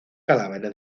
calavera